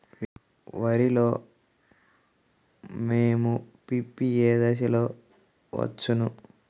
వరిలో మోము పిప్పి ఏ దశలో వచ్చును?